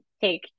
Take